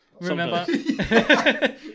Remember